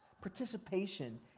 participation